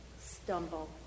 stumble